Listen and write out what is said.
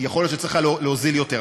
יכול להיות שהיה צריך להוזיל יותר.